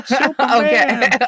Okay